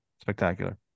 Spectacular